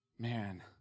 Man